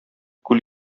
күл